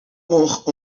och